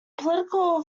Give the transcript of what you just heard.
political